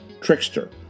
trickster